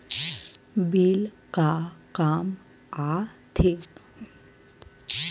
Bill का काम आ थे?